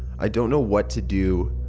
i don't know what to do.